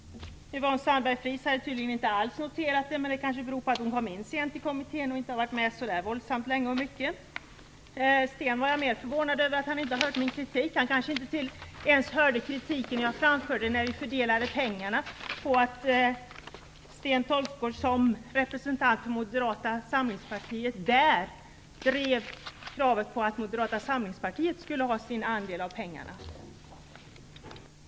Yvonne Sandberg-Fries hade tydligen inte alls noterat det. Men det kanske beror på att hon kom in sent i kommittén och inte har varit med så våldsamt länge och mycket. Att inte Sten Tolgfors har hört min kritik var jag mer förvånad över. Han kanske inte ens hörde kritiken jag framförde när vi fördelade pengarna. Sten Tolgfors drev som representant för Moderata samlingspartiet kravet att Moderata samlingspartiet skulle ha sin andel av pengarna.